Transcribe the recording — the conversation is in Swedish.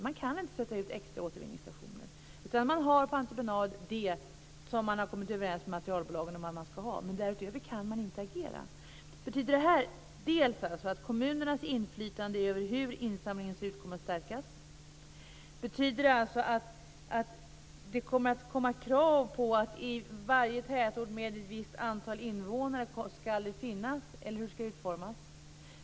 De kan inte sätta ut extra återvinningsstationer. Det som de har kommit överens med materialbolagen om att man skall ha har man på entreprenad. Därutöver kan de inte agera. Betyder det här att kommunernas inflytande över hur insamlingen skall se ut kommer att stärkas? Betyder det att det kommer att bli krav på att det i varje tätort med ett visst antal invånare skall finnas sådant här, eller hur skall det utformas?